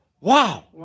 wow